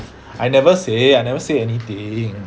I never say I never say anything